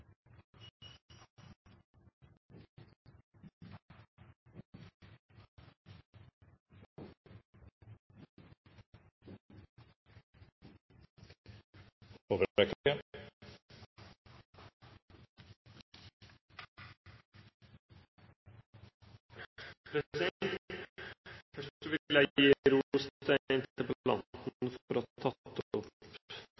bli høyrde. Først vil jeg gi ros til